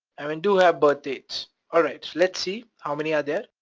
i mean do have birth dates. alright, let's see how many are there.